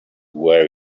where